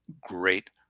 great